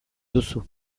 duzu